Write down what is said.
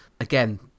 Again